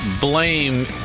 blame